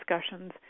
discussions